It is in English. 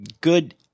good